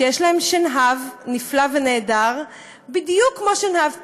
ויש להן שנהב נפלא ונהדר בדיוק כמו שנהב פילים.